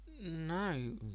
No